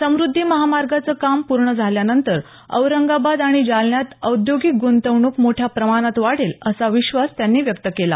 समृध्दी महामार्गाचं काम पूर्ण झाल्यानंतर औरंगाबाद आणि जालन्यात औद्योगिक गुंतवणूक मोठ्या प्रमाणात वाढेल असा विश्वास त्यांनी व्यक्त केला